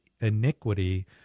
iniquity